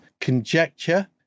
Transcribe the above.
conjecture